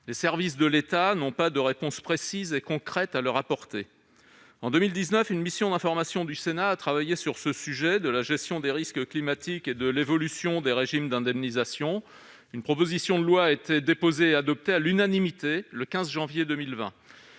Les services de l'État n'ont pas de réponse précise et concrète à leur apporter. En 2019, une mission d'information du Sénat a travaillé sur le sujet de la gestion des risques climatiques et de l'évolution des régimes d'indemnisation. Une proposition de loi a été déposée et adoptée à l'unanimité le 15 janvier 2020,